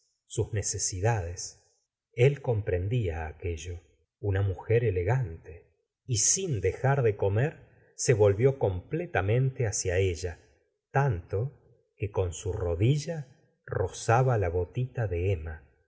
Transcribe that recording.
sus necesidades el comprendía aquello una mujer elegante y sin dejar de comer se volvió completamente hacia ella tanto que con su rodilla rozaba la botita de emma